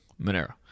Monero